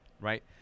right